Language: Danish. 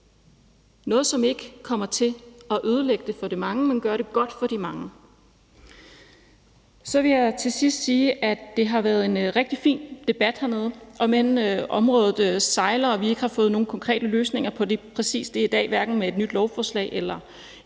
noget, som ikke kommer til at ødelægge det for de mange, men gøre det godt for de mange. Så vil jeg til sidst sige, at det har været en rigtig fin debat hernede, om end området sejler og vi ikke har fået nogen konkrete løsninger på lige præcis det i dag, hverken med et nyt lovforslag eller